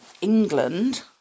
England